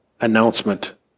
announcement